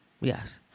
Yes